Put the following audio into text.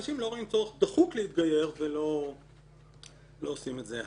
אנשים לא רואים צורך דחוף להתגייר ולא עושים את זה.